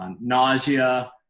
Nausea